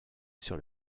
sur